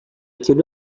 quelle